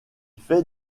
fait